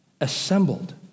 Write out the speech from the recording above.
assembled